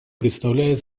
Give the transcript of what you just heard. представляет